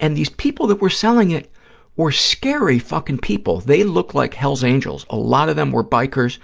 and these people that were selling it were scary fucking people. they looked like hell's angels. a lot of them were bikers,